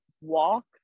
walk